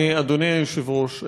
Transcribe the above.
אדוני היושב-ראש,